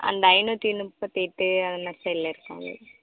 அந்த ஐநூற்றி முப்பத்து எட்டு அதில் சைடில் இருக்கும் அது